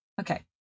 Okay